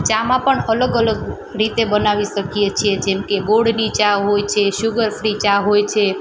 ચામાં પણ અલગ અલગ રીતે બનાવી શકીએ છીએ જેમકે ગોળની ચા હોય છે શુગર ફ્રી ચા હોય છે